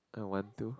I want to